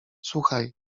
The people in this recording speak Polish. słuchaj